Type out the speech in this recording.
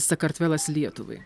sakartvelas lietuvai